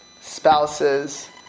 spouses